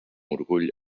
orgull